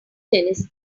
tennis